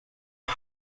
ایم